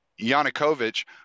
Yanukovych